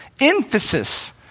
Emphasis